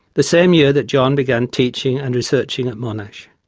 the same year that john began teaching and researching at monash.